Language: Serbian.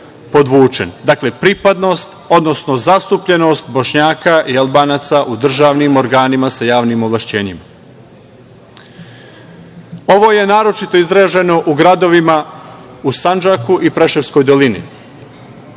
dakle - pripadnost, odnosno zastupljenost Bošnjaka i Albanaca u državnim organima sa javnim ovlašćenjima. Ovo je naročito izraženo u gradovima u Sandžaku i Preševskoj dolini.S